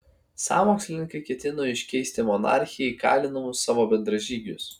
sąmokslininkai ketino iškeisti monarchę į kalinamus savo bendražygius